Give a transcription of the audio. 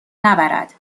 نبرد